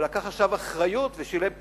הוא לקח אחריות ושילם פיצויים.